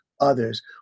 others